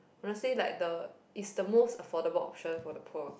honestly like the is the most affordable option for the poor